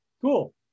Cool